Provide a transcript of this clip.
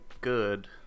good